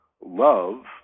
love